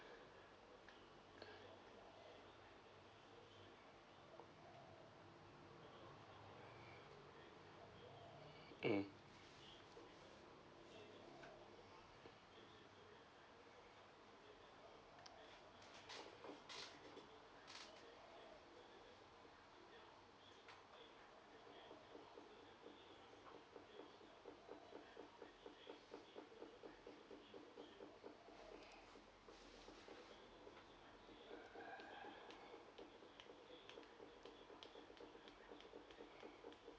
mm